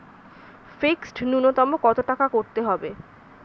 Fixed নুন্যতম কত টাকা করতে হবে?